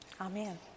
amen